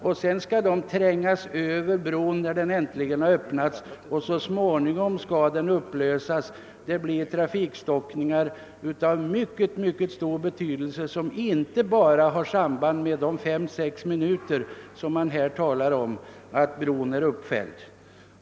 Bilarna skall tränga sig över bron när den äntligen har öppnats, och så småningom skall köerna upplösas. Trafikstockningarna varar mycket längre tid än de 5 å 6 minuter som bron är uppfälld.